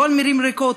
לא על מילים ריקות,